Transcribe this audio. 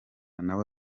nawe